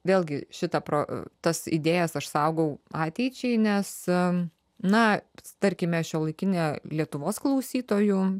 vėlgi šitą pro tas idėjas aš saugau ateičiai nes na tarkime šiuolaikinė lietuvos klausytojų